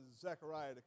Zechariah